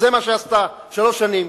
זה מה שעשתה שלוש שנים,